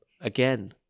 again